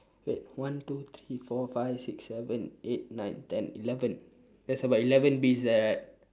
wait one two three four five six seven eight nine ten eleven there's about eleven bees there right